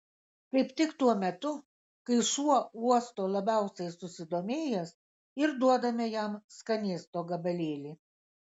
kaip tik tuo metu kai šuo uosto labiausiai susidomėjęs ir duodame jam skanėsto gabalėlį